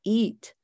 eat